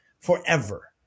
forever